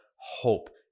hope